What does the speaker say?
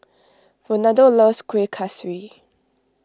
Ronaldo loves Kuih Kaswi